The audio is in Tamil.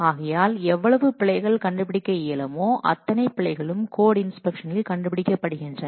ஆகையால் எவ்வளவு பிழைகள் கண்டுபிடிக்க இயலுமோ அத்தனை பிழைகளும் கோட் இன்ஸ்பெக்ஷனில் கண்டுபிடிக்கப்படுகின்றன